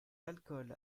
l’alcool